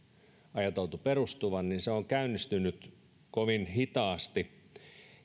ajateltu perustuvan on käynnistynyt kovin hitaasti